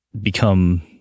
become